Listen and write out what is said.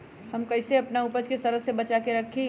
हम कईसे अपना उपज के सरद से बचा के रखी?